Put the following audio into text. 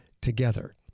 together